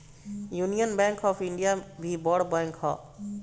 union bank of India भी बड़ bank हअ